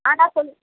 ஆ அண்ணா சொல்